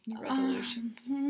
Resolutions